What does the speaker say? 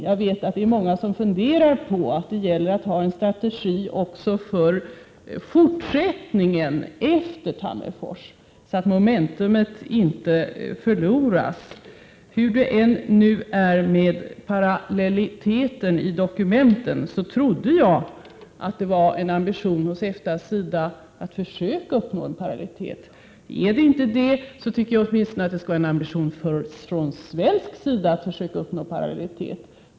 Jag vet att många funderar på att det gäller att ha en strategi också för fortsättningen efter Tammerfors, så att momentumet inte förloras. Hur det än är med parallelliteten i dokumenten trodde jag att det var en ambition hos EFTA att försöka uppnå parallellitet. Är det inte så anser jag att det åtminstone måste vara en ambition från svensk sida att försöka uppnå parallellitet.